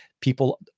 people